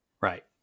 right